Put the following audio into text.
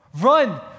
run